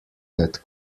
that